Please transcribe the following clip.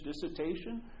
dissertation